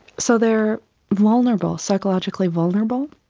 so they're vulnerable, psychologically vulnerable.